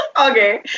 okay